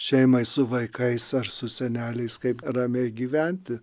šeimai su vaikais ar su seneliais kaip ramiai gyventi